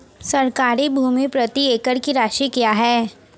सरकारी भूमि प्रति एकड़ की राशि क्या है?